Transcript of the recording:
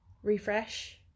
Refresh